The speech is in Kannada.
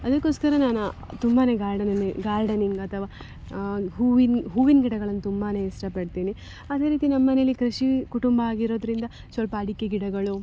ಅದಕೋಸ್ಕರ ನಾನು ತುಂಬಾ ಗಾರ್ಡನಲ್ಲಿ ಗಾರ್ಡನಿಂಗ್ ಅಥವಾ ಹೂವಿನ ಹೂವಿನ ಗಿಡಗಳನ್ನು ತುಂಬಾ ಇಷ್ಟಪಡ್ತೀನಿ ಅದೇ ರೀತಿ ನಮ್ಮ ಮನೆಲ್ಲಿ ಕೃಷಿ ಕುಟುಂಬ ಆಗಿರೋದರಿಂದ ಸ್ವಲ್ಪ ಅಡಿಕೆ ಗಿಡಗಳು